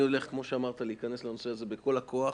אני הולך להיכנס לנושא הזה בכל הכוח.